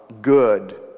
good